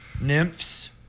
nymphs